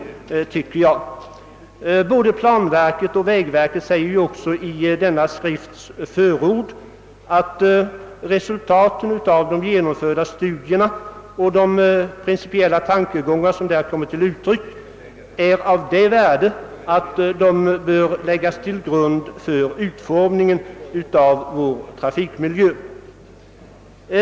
I förordet till den nämnda broschyren heter det att planverket och vägverket »kommit till slutsatsen att resultaten av de genomförda studierna och de principiella tankegångar som där kommit till uttryck är av det värde att de bör läggas till grund för utformningen av vår trafikmiljö».